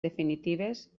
definitives